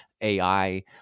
ai